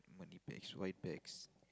money packs why packs